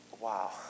wow